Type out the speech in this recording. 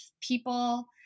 people